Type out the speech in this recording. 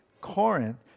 Corinth